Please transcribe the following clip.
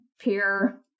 peer